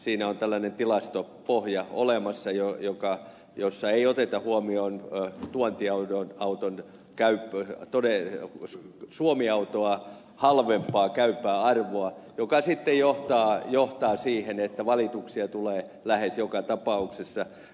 siinä on tällainen tilastopohja olemassa jossa ei oteta huomioon tuotti auton käyttö on todella tuontiauton suomi autoa halvempaa käypää arvoa mikä sitten johtaa siihen että valituksia tulee lähes joka tapauksessa